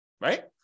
Right